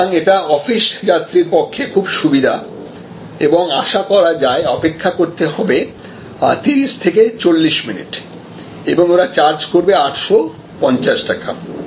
সুতরাং এটা অফিস যাত্রীর পক্ষে খুব সুবিধা এবং আশা করা যায় অপেক্ষা করতে হবে 30 থেকে 40 মিনিট এবং ওরা চার্জ করবে 850 টাকা